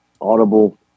audible